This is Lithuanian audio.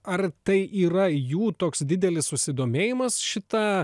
ar tai yra jų toks didelis susidomėjimas šita